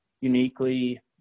uniquely